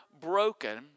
broken